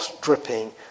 dripping